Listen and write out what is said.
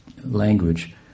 language